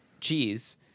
cheese